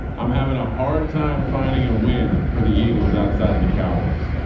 i'm having a hard time finding a win for the eagles outside of the cowboys.